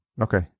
Okay